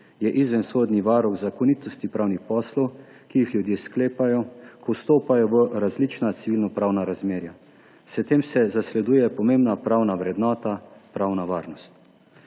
Je izvensodni varuh zakonitosti pravnih poslov, ki jih ljudje sklepajo, ko vstopajo v različna civilnopravna razmerja. S tem se zasleduje pomembna pravna vrednota – pravna varnost.